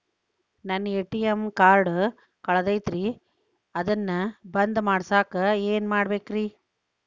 ನನ್ನ ATM card ಕಳದೈತ್ರಿ ಅದನ್ನ ಬಂದ್ ಮಾಡಸಾಕ್ ಏನ್ ಮಾಡ್ಬೇಕ್ರಿ?